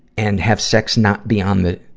and have sex not be on the,